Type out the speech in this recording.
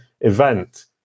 Event